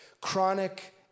chronic